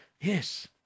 Yes